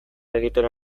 egiten